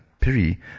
Piri